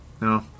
No